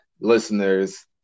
listeners